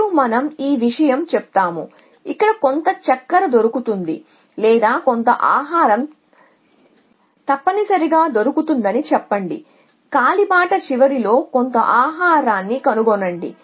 మరియు మనం ఈ విషయం చెప్తాము ఇక్కడ కొంత చక్కెర దొరుకుతుంది లేదా కొంత ఆహారం తప్పనిసరిగా దొరుకుతుందని చెప్పండి కాలిబాట చివరిలో కొంత ఆహారాన్ని కనుగొనండి